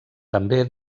també